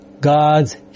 God's